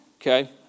okay